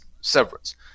severance